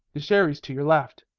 the sherry's to your left.